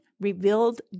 revealed